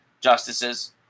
justices